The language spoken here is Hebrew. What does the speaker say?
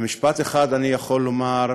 במשפט אחד אני יכול לומר: